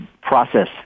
process